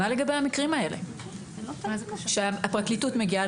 מה לגבי המקרים האלה שהפרקליטות מגיעה